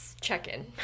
check-in